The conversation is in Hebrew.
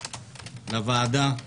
לוועדה,